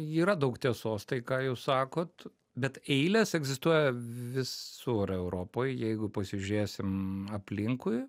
yra daug tiesos tai ką jūs sakot bet eilės egzistuoja visur europoj jeigu pasižiūrėsim aplinkui